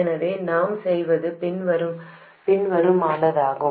எனவே நாம் செய்வது பின்வருவனவாகும்